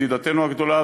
היא ידידתנו הגדולה,